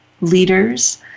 Leaders